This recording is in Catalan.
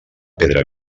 pedra